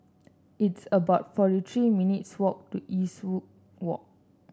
it's about forty three minutes' walk to Eastwood Walk